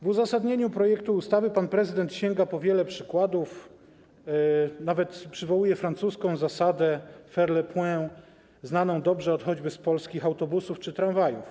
W uzasadnieniu projektu ustawy pan prezydent sięga po wiele przykładów, nawet przywołuje francuską zasadę faire l’appoint, znaną dobrze ot choćby z polskich autobusów czy tramwajów.